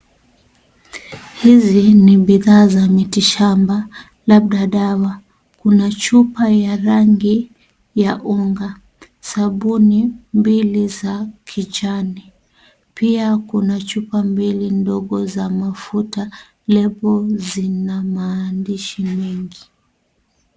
Hizi ni bidhaa za mitishamba, labda dawa. Kuna chupa ya rangi ya unga, sabuni mbili za kijani. Pia kuna chupa mbili ndogo za mafuta. Lebo zina maandishi mengi.